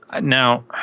Now